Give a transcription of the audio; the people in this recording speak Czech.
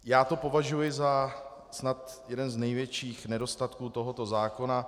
Já to považuji za snad jeden z největších nedostatků tohoto zákona.